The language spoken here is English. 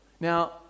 Now